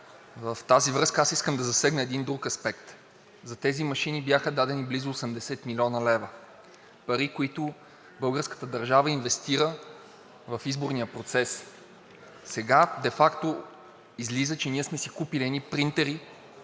В тази връзка искам да засегна един друг аспект. За тези машини бяха дадени близо 80 млн. лв., пари, които българската държава инвестира в изборния процес. Сега де факто излиза, че ние сме си купили едни принтери